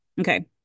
okay